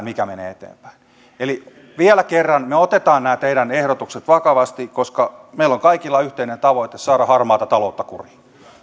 mikä menee eteenpäin eli vielä kerran me otamme nämä teidän ehdotuksenne vakavasti koska meillä on kaikilla yhteinen tavoite saada harmaata taloutta kuriin